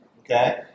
Okay